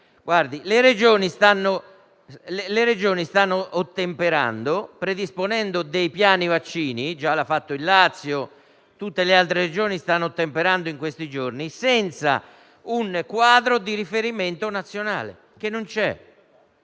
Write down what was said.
cellulare. Le Regioni stanno predisponendo dei piani vaccini (già lo ha fatto il Lazio, e tutte le altre Regioni vi stanno ottemperando in questi giorni), senza un quadro di riferimento nazionale, che non c'è.